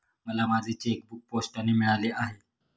मला माझे चेकबूक पोस्टाने मिळाले आहे